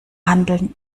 handeln